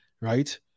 right